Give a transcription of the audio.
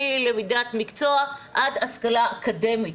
מלמידת מקצוע עד השכלה אקדמית,